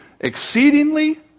exceedingly